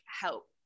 help